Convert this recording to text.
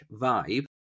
vibe